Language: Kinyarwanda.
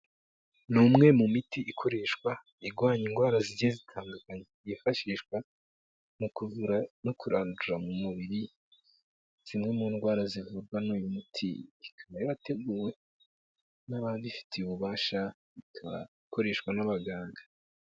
Ni umwe mu miti ikoreshwa irwanya indwara zigiye zitandukanye. Yifashishwa mu kuvura no kurandura mu mubiri zimwe mu ndwara zivurwa n'uyu muti. Ikaba yarateguwe n'ababifitiye ububasha ikaba ikoreshwa n'abaganga.